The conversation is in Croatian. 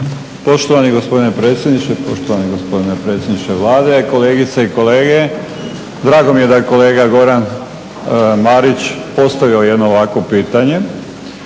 Poštovani gospodine predsjedniče, poštovani gospodine predsjedniče Vlade, kolegice i kolege. Drago mi je da je kolega Goran Marić postavio jedno ovakvo pitanje.